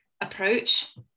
approach